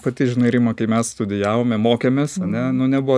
pati žinai rima kai mes studijavome mokėmės ne nu nebuvo